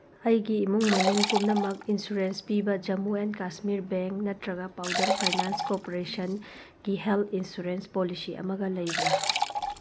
ꯑꯩꯒꯤ ꯏꯃꯨꯡ ꯃꯅꯨꯡ ꯄꯨꯝꯅꯃꯛ ꯏꯟꯁꯨꯔꯦꯟꯁ ꯄꯤꯕ ꯖꯃꯨ ꯑꯦꯟ ꯀꯥꯁꯃꯤꯔ ꯕꯦꯡ ꯅꯠꯇ꯭ꯔꯒ ꯄꯥꯎꯗꯔ ꯐꯩꯅꯥꯟꯁ ꯀꯣꯔꯄꯔꯦꯁꯟꯀꯤ ꯍꯦꯜꯠ ꯏꯟꯁꯨꯔꯦꯟꯁ ꯄꯣꯂꯤꯁꯤ ꯑꯃꯒ ꯂꯩꯕ꯭ꯔꯥ